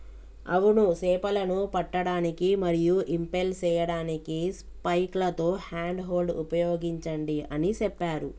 అవును సేపలను పట్టడానికి మరియు ఇంపెల్ సేయడానికి స్పైక్లతో హ్యాండ్ హోల్డ్ ఉపయోగించండి అని సెప్పారు